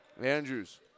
Andrews